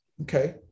okay